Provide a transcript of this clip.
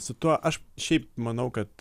su tuo aš šiaip manau kad